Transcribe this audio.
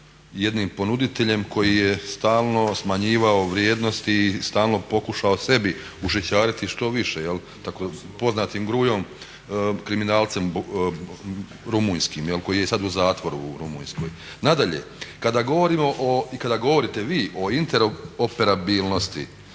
jednim ponuditeljem koji je stalno smanjivao vrijednosti i stalno pokušao sebi ušićariti što više, dakle poznatim … kriminalcem rumunjskim koji je sad u zatvoru u Rumunjskoj. Nadalje, kada govorimo i kada govorite vi o interoperabilnosti